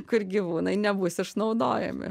kur gyvūnai nebus išnaudojami